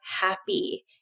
happy